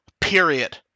period